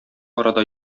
арада